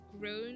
grown